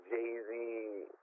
Jay-Z